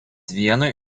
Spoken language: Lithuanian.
vienu